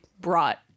brought